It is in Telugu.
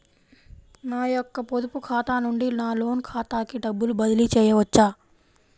నా యొక్క పొదుపు ఖాతా నుండి నా లోన్ ఖాతాకి డబ్బులు బదిలీ చేయవచ్చా?